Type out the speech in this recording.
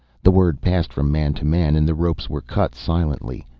the word passed from man to man and the ropes were cut silently.